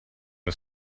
the